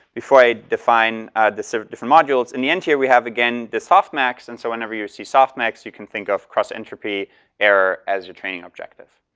before i define these sort of different modules, in the end here we have, again, this softmax, and so whenever you see softmax, you can think of cross-entropy error as your training objective.